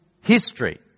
history